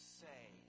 say